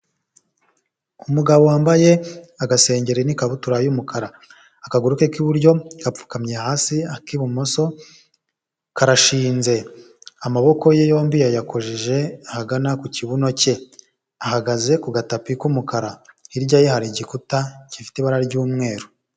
Umugabo wambaye agasengeri n'ikabutura y'umukara, akaguru ke k'iburyo gapfukamye hasi, ak'ibumoso karashinze, amaboko ye yombi yayakojeje ahagana ku kibuno cye, ahagaze ku gatapi k'umukara. Hirya ye hari igikuta gifite ibara ry'umweru.